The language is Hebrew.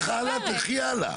אני אומר לך הלאה, תלכי הלאה.